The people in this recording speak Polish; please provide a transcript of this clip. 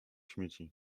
śmieci